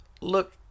look